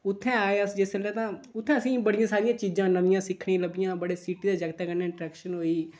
उत्थै आए अस जिसलै तां उत्थै असेंगी बड़ियां सारियां चीजां नमियां सिक्खने गी लब्भियां बड़े सिटी दे जागतै कन्नै इंट्रैक्शन होई